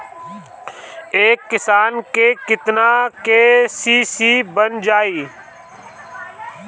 एक किसान के केतना के.सी.सी बन जाइ?